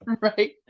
Right